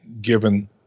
given